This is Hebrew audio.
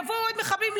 יבואו עוד מחבלים,